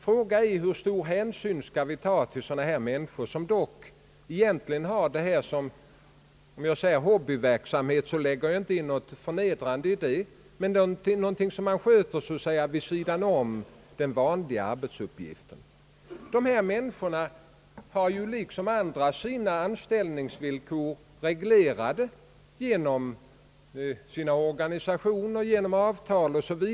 Frågan är hur stor hänsyn vi skall ta till sådana människor som har jordbruk som hobbyverksamhet — jag lägger inte in något förnedrande i det — och sköter det vid sidan om den vanliga arbetsuppgiften. Dessa människor har ju liksom andra sina anställningsvillkor reglerade genom sina organisationer.